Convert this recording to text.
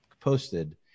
posted